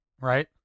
Right